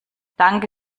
danke